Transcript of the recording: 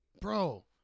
bro